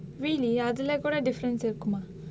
really அதுல கூட:athula kooda difference இருக்குமா:irukkumaa